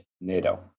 NATO